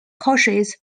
courses